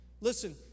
Listen